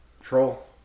Troll